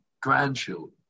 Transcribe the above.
grandchildren